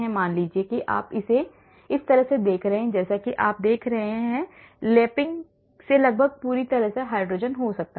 मान लीजिए कि आप इसे इस तरह देख रहे हैं जैसा कि आप देख रहे लैपिंग से लगभग पूरी तरह से हाइड्रोजन हो सकता है